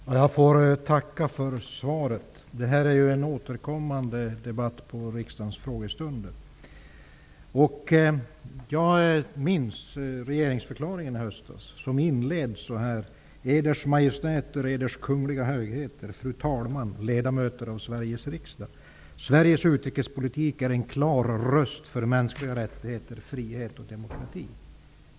Herr talman! Jag får tacka för svaret. Det här är en återkommande debatt vid riksdagens frågestunder. Jag minns regeringsförklaringen i höstas, som inleddes så här: Sveriges utrikespolitik är en klar röst för mänskliga rättigheter, frihet och demokrati.''